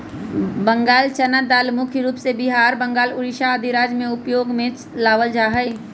बंगाल चना दाल मुख्य रूप से बिहार, बंगाल, उड़ीसा आदि राज्य में उपयोग में लावल जा हई